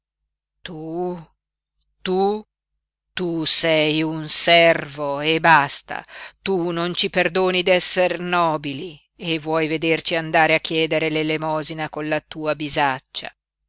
tu tu tu sei un servo e basta tu non ci perdoni d'esser nobili e vuoi vederci andare a chiedere l'elemosina con la tua bisaccia